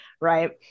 right